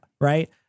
right